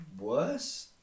worse